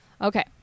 Okay